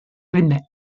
ritme